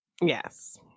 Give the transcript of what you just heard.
Yes